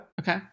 Okay